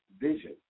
vision